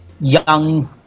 young